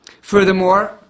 Furthermore